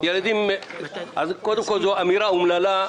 אז זו אמירה אומללה,